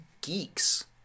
geeks